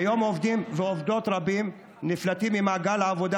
כיום עובדים ועובדות נפלטים ממעגל העבודה